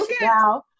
now